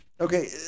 Okay